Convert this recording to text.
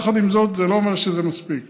יחד עם זאת, זה לא אומר שזה מספיק.